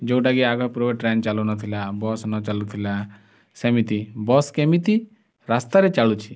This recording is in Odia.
ଯୋଉଟାକି ଆଗ ପୂର୍ବରେ ଟ୍ରେନ୍ ଚାଲୁନଥିଲା ବସ୍ ନ ଚାଲୁଥିଲା ସେମିିତି ବସ୍ କେମିତି ରାସ୍ତାରେ ଚାଲୁଛି